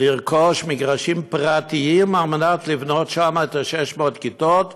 לרכוש מגרשים פרטיים כדי לבנות שם את 600 הכיתות,